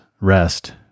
rest